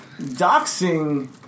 doxing